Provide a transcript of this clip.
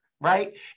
right